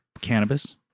cannabis